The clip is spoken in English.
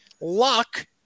Luck